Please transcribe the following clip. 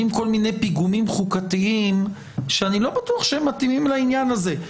כל מיני פיגומים חוקתיים שאני לא בטוח שהם מתאימים לעניין הזה.